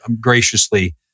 graciously